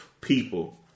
people